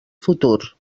futur